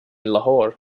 lahore